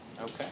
Okay